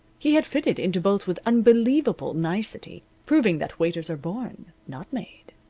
he had fitted into both with unbelievable nicety, proving that waiters are born, not made.